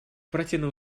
противном